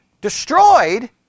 destroyed